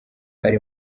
ari